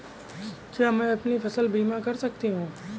क्या मैं अपनी फसल बीमा करा सकती हूँ?